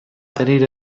tenir